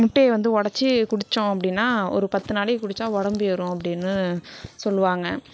முட்டையை வந்து உடச்சி குடித்தோம் அப்படின்னா ஒரு பத்து நாளைக்கு குடித்தா உடம்பு ஏறும் அப்படின்னு சொல்லுவாங்க